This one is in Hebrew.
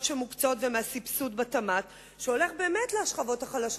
שמוקצות ומהסבסוד בתמ"ת שהולך באמת לשכבות החלשות.